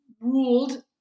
ruled